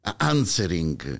answering